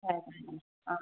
ஆ ஆ